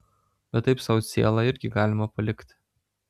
bet taip sau cielą irgi gaila palikti